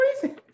crazy